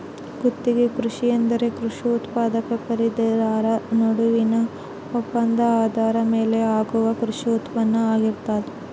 ಗುತ್ತಿಗೆ ಕೃಷಿ ಎಂದರೆ ಕೃಷಿ ಉತ್ಪಾದಕ ಖರೀದಿದಾರ ನಡುವಿನ ಒಪ್ಪಂದದ ಆಧಾರದ ಮೇಲೆ ಆಗುವ ಕೃಷಿ ಉತ್ಪಾನ್ನ ಆಗಿರ್ತದ